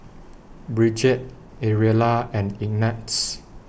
Brigette Ariella and Ignatz